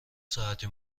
ساعتی